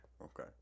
okay